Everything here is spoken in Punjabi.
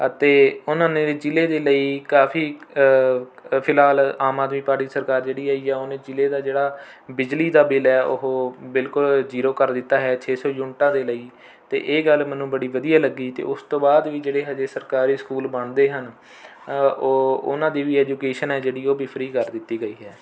ਅਤੇ ਉਹਨਾਂ ਨੇ ਵੀ ਜ਼ਿਲ੍ਹੇ ਦੇ ਲਈ ਕਾਫੀ ਫਿਲਹਾਲ ਆਮ ਆਦਮੀ ਪਾਰਟੀ ਸਰਕਾਰ ਜਿਹੜੀ ਆਈ ਆ ਉਹਨੇ ਜ਼ਿਲ੍ਹੇ ਦਾ ਜਿਹੜਾ ਬਿਜਲੀ ਦਾ ਬਿਲ ਹੈ ਉਹ ਬਿਲਕੁਲ ਜੀਰੋ ਕਰ ਦਿੱਤਾ ਹੈ ਛੇ ਸੌ ਯੂਨਿਟਾਂ ਦੇ ਲਈ ਅਤੇ ਇਹ ਗੱਲ ਮੈਨੂੰ ਬੜੀ ਵਧੀਆ ਲੱਗੀ ਅਤੇ ਉਸ ਤੋਂ ਬਾਅਦ ਵੀ ਜਿਹੜੇ ਹਜੇ ਸਰਕਾਰੀ ਸਕੂਲ ਬਣਦੇ ਹਨ ਉਹ ਉਹਨਾਂ ਦੀ ਵੀ ਐਜ਼ੂਕੇਸ਼ਨ ਹੈ ਜਿਹੜੀ ਉਹ ਵੀ ਫਰੀ ਕਰ ਦਿੱਤੀ ਗਈ ਹੈ